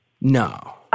No